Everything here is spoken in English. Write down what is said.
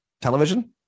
television